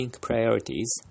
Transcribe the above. Priorities